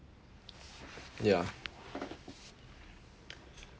ya